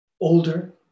older